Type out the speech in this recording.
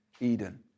Eden